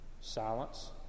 Silence